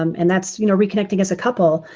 um and that's you know, reconnecting as a couple,